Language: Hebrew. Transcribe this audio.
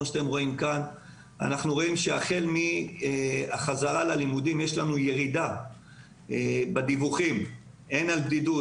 אנחנו רואים שהחל מהחזרה ללימודים יש ירידה בדיווחים הן על בידוד,